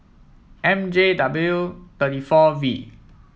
M J W thirty four V